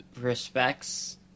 respects